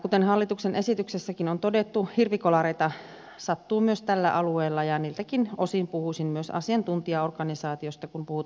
kuten hallituksen esityksessäkin on todettu hirvikolareita sattuu myös tällä alueella ja niiltäkin osin puhuisin myös asiantuntijaorganisaatioista kun puhutaan metsästysseuroista